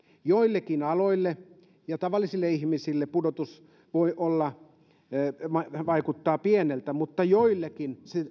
joillekin aloille ja tavallisille ihmisille pudotus voi vaikuttaa pieneltä mutta joillekin se